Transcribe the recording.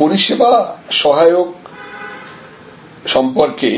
পরিষেবা সহায়ক সম্পর্কে